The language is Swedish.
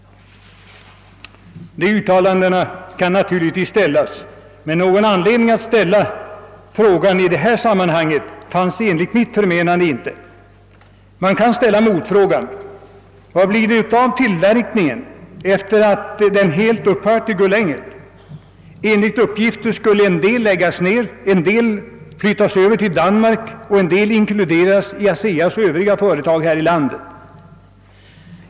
Det uttalandet kan naturligtvis göras, men någon anledning att ställa frågan i det här sammanhanget fanns enligt min mening inte. Man kan ställa motfrågan: Vad blir det av tillverkningen efter att den helt upphört i Gullänget? Enligt uppgifter skulle en del läggas ned, en del flyttas över till Danmark och en del inkluderas i ASEA:s övriga företag här i landet.